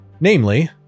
namely